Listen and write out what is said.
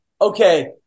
okay